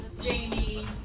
Jamie